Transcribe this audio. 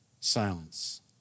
silence